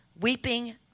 Weeping